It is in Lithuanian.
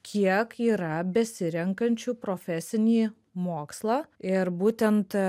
kiek yra besirenkančių profesinį mokslą ir būtent